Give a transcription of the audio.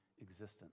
existence